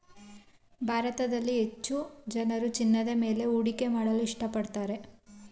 ಭಾರತದಲ್ಲಿ ಹೆಚ್ಚು ಜನರು ಚಿನ್ನದ ಮೇಲೆ ಹೂಡಿಕೆ ಮಾಡಲು ಇಷ್ಟಪಡುತ್ತಾರೆ